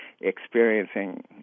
experiencing